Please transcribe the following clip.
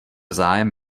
zájem